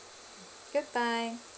good bye